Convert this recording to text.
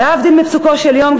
להבדיל מפסוקו של יום,